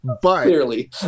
Clearly